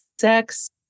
sex